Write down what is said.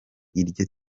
iryo